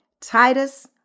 Titus